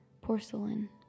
porcelain